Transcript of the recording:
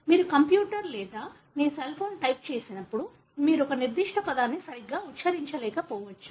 మీరు కంప్యూటర్ లేదా మీ సెల్ ఫోన్ టైప్ చేసినప్పుడు మీరు ఒక నిర్దిష్ట పదాన్ని సరిగ్గా ఉచ్చరించకపోవచ్చు